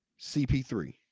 CP3